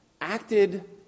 acted